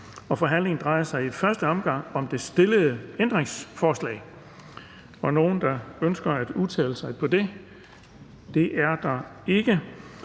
Forhandlingen drejer sig i første omgang om det stillede ændringsforslag. Er der nogen, der ønsker at udtale sig om det? Det er der ikke,